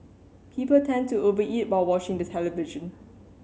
people tend to over eat while watching the television